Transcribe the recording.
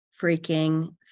freaking